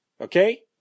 Okay